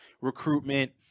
recruitment